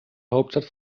hauptstadt